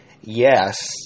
yes